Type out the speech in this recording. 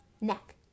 neck